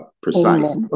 precise